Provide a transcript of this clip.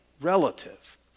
relative